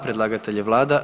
Predlagatelj je vlada.